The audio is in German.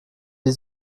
die